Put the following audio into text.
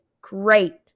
great